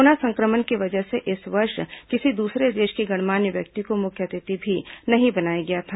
corona संक्रमण की वजह से इस वर्ष किसी दूसरे देश के गणमान्य व्यक्ति को मुख्य अतिथि भी नहीं बनाया गया था